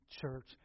church